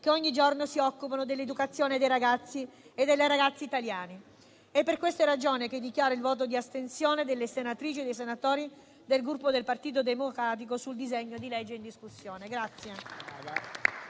che ogni giorno si occupano dell'educazione dei ragazzi e delle ragazze italiani. Per queste ragioni, dichiaro il voto di astensione delle senatrici e dei senatori del Gruppo Partito Democratico sul disegno di legge in discussione.